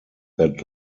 that